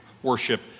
worship